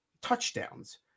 touchdowns